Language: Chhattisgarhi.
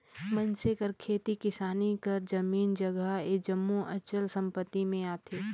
मइनसे कर खेती किसानी कर जमीन जगहा ए जम्मो अचल संपत्ति में आथे